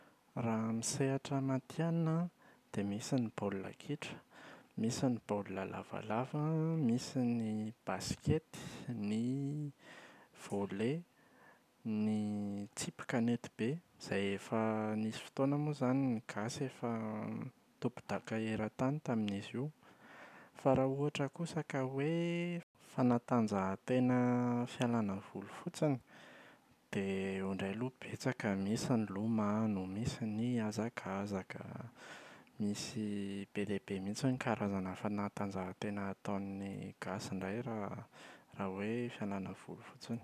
Raha amin’ny sehatra matianina an dia misy ny baolina kitra, misy ny baolina lavalava an, misy ny basikety, ny volley, ny tsipy kanetibe izay efa nisy fotoana moa izany ny gasy efa tompon-daka eran-tany tamin’izy io. Fa raha ohatra kosa ka hoe fanatanjahantena fialana voly fotsiny dia eo indray aloha betsaka: misy ny lomano, misy ny hazakazaka misy be dia be mihitsy ny karazana fanatanjahantena ataon’ny gasy indray raha raha hoe fialana voly fotsiny.